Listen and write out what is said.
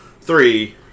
three